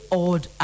odd